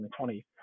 2020